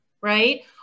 right